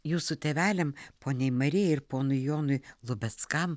jūsų tėveliam poniai marijai ir ponui jonui lubeckam